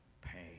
pain